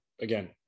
again